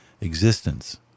existence